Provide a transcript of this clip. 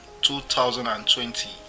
2020